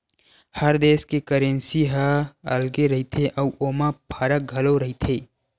हर देस के करेंसी ह अलगे रहिथे अउ ओमा फरक घलो रहिथे